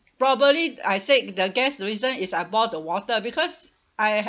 probably I said the gas reason is I boil the water because I